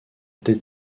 tête